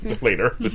Later